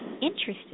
Interesting